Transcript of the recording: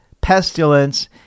pestilence